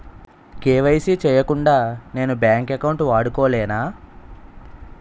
KYC చేయకుండా నేను bank account వాడుకొలేన?